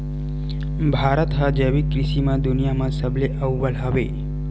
भारत हा जैविक कृषि मा दुनिया मा सबले अव्वल हवे